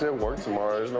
ah work tomorrow.